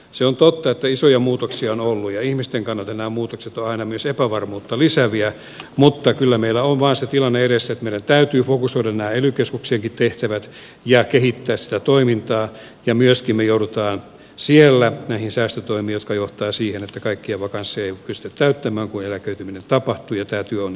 se on totta että isoja muutoksia nollia ihmisten kannalta ne muutokset aina myös epävarmuutta lisääviä mutta kyllä meillä on vasta tilanne edessä täytyy fokusoidanä ely keskuksienkin tehtävät ja kehittää sitä toimintaa ja myös kimi joudutaan siellä näihin säästötoimiinska johtaa siihen että kaikki vakanssi ei pysty täyttämään kuin eläköityminen tapahtui etätyö on